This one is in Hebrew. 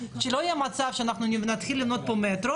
שלא יהיה מצב שאנחנו נתחיל לבנות פה מטרו